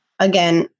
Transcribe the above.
again